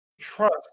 trust